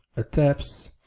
a taps,